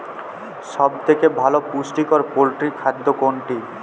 সব থেকে ভালো পুষ্টিকর পোল্ট্রী খাদ্য কোনটি?